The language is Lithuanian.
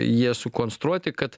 jie sukonstruoti kad